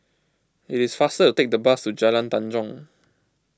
it is faster to take the bus to Jalan Tanjong